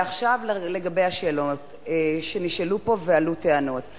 ועכשיו, לגבי השאלות שנשאלו פה והטענות שעלו.